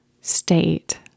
state